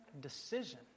decision